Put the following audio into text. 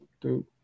two